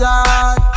God